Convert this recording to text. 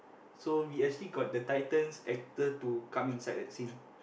so we actually got the titans actor to come inside the scene